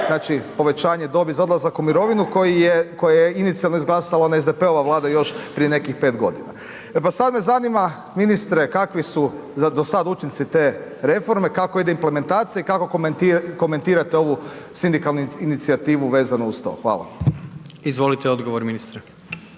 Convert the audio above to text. znači povećanje dobi za odlazak u mirovinu koje je inicijalno izglasala ona SDP-ova Vlada još prije nekih 5 godina. E pa sad me zanima ministre kakvi su do sad učinci te reforme, kako ide implementacija i kako komentirate ovu sindikalnu inicijativu vezano uz to? Hvala. **Jandroković, Gordan